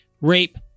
rape